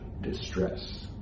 distress